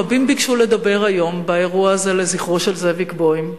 רבים ביקשו לדבר היום באירוע הזה לזכרו של זאביק בוים,